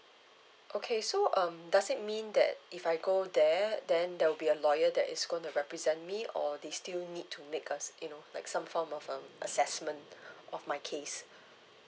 okay so um does it mean that if I go there then there will be a lawyer that is gonna represent me or they still need to make us you know like some form of um assessment of my case